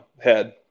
head